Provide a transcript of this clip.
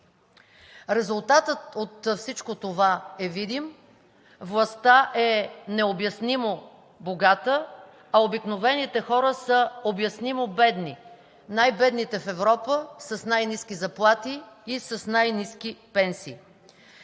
Резултатът от всичко това е видим: властта е необяснимо богата, а обикновените хора са обяснимо бедни – най-бедните в Европа, с най-ниски заплати и с най-ниски пенсии.